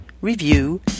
review